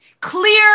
Clear